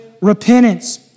repentance